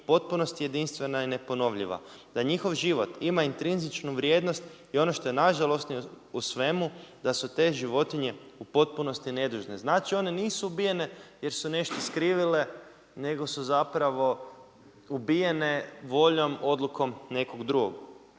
potpunosti jedinstvena i neponovljiva, da njihov život ima intrinzičnu i ono što je najžalosnije u svemu, da su te životinje u potpunosti nedužne. Znači one nisu ubijene jer su nešto skrivile nego su zapravo ubijene voljom, odlukom nekog drugog.